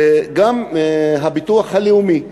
גם הביטוח הלאומי.